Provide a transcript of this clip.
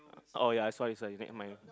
oh ya sorry sorry make my